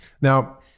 now